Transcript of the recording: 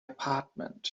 apartment